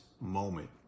moment